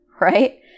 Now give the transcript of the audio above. right